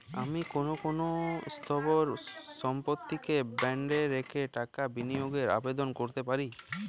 আমি কোন কোন স্থাবর সম্পত্তিকে বন্ডে রেখে টাকা বিনিয়োগের আবেদন করতে পারি?